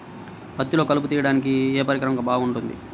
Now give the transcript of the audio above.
పత్తిలో కలుపు తీయడానికి ఏ పరికరం బాగుంటుంది?